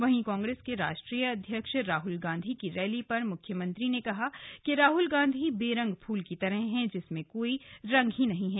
वहीं कांग्रेस के राष्ट्रीय अध्यक्ष राहुल गांधी की रैली पर मुख्यमंत्री ने कहा कि राहुल गांधी बेरंग फूल की तरह हैं जिनमें कोई रंग ही नहीं है